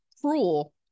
cruel